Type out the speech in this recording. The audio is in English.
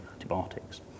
antibiotics